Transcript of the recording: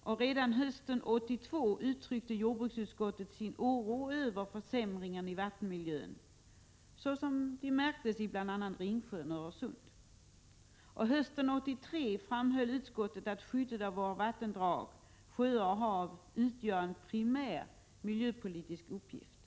Redan hösten 1982 uttryckte jordbruksutskottet sin oro över försämringarna i vattenmiljön, såsom de märktes i bl.a. Ringsjön och Öresund. Hösten 1983 framhöll utskottet att skyddet av våra vattendrag, sjöar och hav utgör en primär miljöpolitisk uppgift.